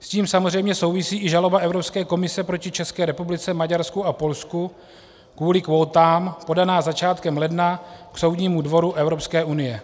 S tím samozřejmě souvisí i žaloba Evropské komise proti České republice, Maďarsku a Polsku kvůli kvótám podaná začátkem ledna k Soudnímu dvoru Evropské unie.